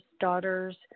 daughters